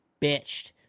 bitched